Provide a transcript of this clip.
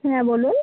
হ্যাঁ বলুন